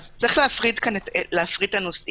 יש להפריד את הנושאים.